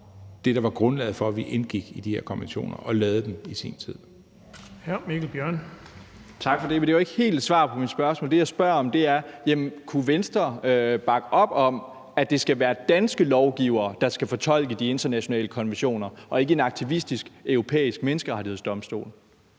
Den fg. formand (Erling Bonnesen): Hr. Mikkel Bjørn. Kl. 20:12 Mikkel Bjørn (DF): Tak for det. Men det var ikke helt et svar på mit spørgsmål. Det, jeg spørger om, er: Kan Venstre bakke op om, at det skal være danske lovgivere, der skal fortolke de internationale konventioner, og ikke en aktivistisk Europæisk Menneskerettighedsdomstol